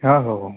हो हो